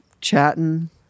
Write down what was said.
chatting